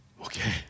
Okay